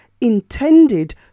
intended